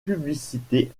publicité